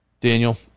Daniel